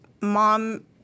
mom